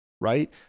right